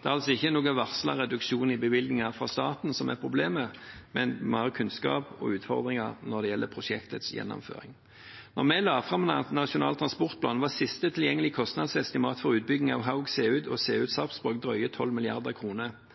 Det er altså ingen varslet reduksjon i bevilgninger fra staten som er problemet, men mer kunnskap og utfordringer når det gjelder prosjektets gjennomføring. Da vi la fram Nasjonal transportplan, var sist tilgjengelige kostnadsestimat for utbygging av Haug–Seut og